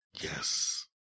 Yes